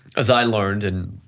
as i learned in